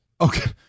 Okay